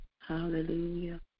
Hallelujah